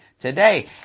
Today